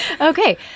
Okay